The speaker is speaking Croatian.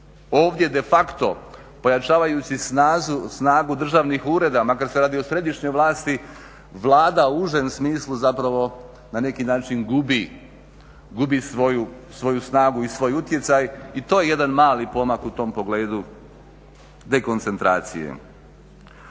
Ovdje de facto pojačavajući snagu državnih ureda makar se radi o središnjoj vlasti, Vlada u užem smislu na neki način gubi svoju snagu i svoj utjecaj i to je jedan mali pomak u tom pogledu dekoncentracije.